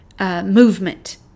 movement